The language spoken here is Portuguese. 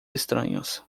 estranhos